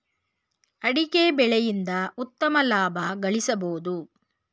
ಅಡಿಕೆ ಬೆಳೆಯಿಂದ ಉತ್ತಮ ಲಾಭ ಗಳಿಸಬೋದು